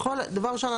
דבר ראשון,